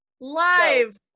Live